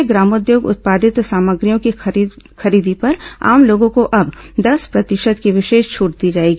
प्रदेश में ग्रामोद्योग उत्पादित सामग्रियों की खरीदी पर आम लोगों को अब दस प्रतिशत की विशेष छूट दी जाएगी